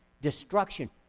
destruction